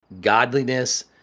godliness